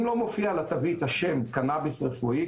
אם לא מופיע על התווית השם קנאביס רפואי,